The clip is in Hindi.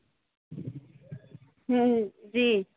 जी